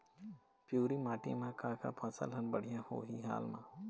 पिवरी माटी म का का फसल हर बढ़िया होही हाल मा?